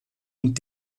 und